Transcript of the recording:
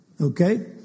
Okay